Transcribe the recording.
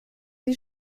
die